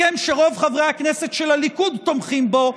הסכם שרוב חברי הכנסת של הליכוד תומכים בו,